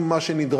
עם מה שנדרש.